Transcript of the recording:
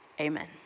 Amen